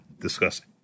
discussing